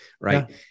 Right